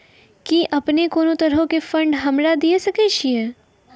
कि अपने कोनो तरहो के फंड हमरा दिये सकै छिये?